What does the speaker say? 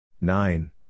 Nine